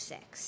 Six